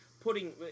putting